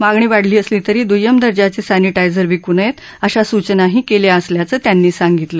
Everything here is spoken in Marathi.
मागणी वाढली असली तरी दुय्यम दर्जाचस्तिरिटायझर विकू नयत्तअशा सूचनाही क्विया असल्याचं त्यांनी सांगितलं